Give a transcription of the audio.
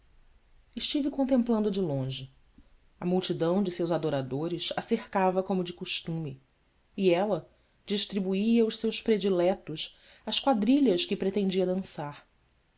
estive contemplando a de longe a multidão de seus adoradores a cercava como de costume e ela distribuía aos seus prediletos as quadrilhas que pretendia dançar